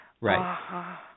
Right